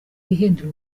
bihindura